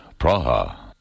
Praha. (